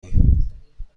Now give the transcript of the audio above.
ایم